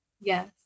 Yes